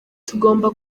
tugomba